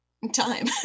time